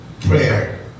prayer